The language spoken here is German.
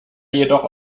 jedoch